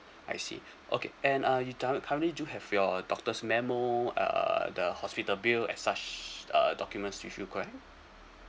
I see okay and uh you currently do have your doctor's memo uh the hospital bills such as uh documents with you correct